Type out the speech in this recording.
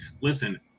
Listen